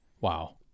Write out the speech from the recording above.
Wow